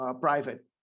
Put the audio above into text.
private